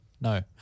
No